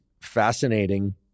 fascinating